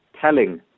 telling